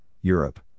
Europe